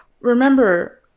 Remember